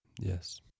Yes